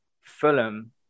Fulham